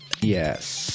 Yes